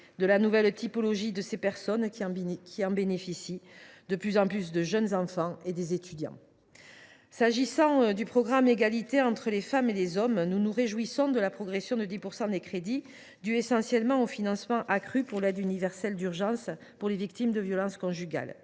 du profil émergent des personnes qui en bénéficient : de plus en plus de jeunes enfants et d’étudiants. S’agissant du programme 137 « Égalité entre les femmes et les hommes », nous nous réjouissons de la progression de 10 % des crédits, une hausse essentiellement due au financement accru de l’aide universelle d’urgence pour les victimes de violences conjugales,